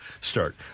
start